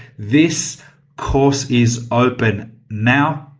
this course is open now.